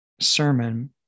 sermon